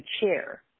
chair